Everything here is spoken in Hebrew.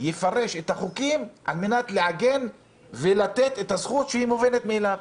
יפרש את החוקים על מנת לעגן ולתת את הזכות שהיא מובנת מאליה.